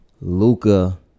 Luca